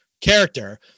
character